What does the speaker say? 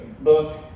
book